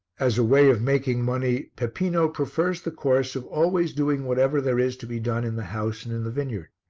as a way of making money peppino prefers the course of always doing whatever there is to be done in the house and in the vineyard.